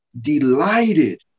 Delighted